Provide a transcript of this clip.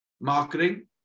marketing